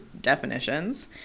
definitions